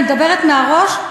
אני מדברת מהראש,